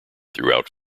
throughout